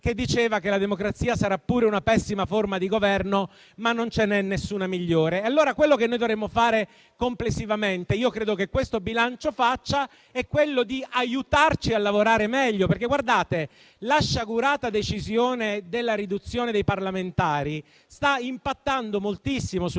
quale diceva che la democrazia sarà pure una pessima forma di Governo, ma non ce n'è una migliore. Quello che dovremmo fare complessivamente e che ritengo questo bilancio faccia è aiutarci a lavorare meglio, perché la sciagurata decisione della riduzione dei parlamentari sta impattando moltissimo sul